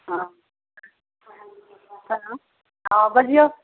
हँ हेलो हँ बजियौ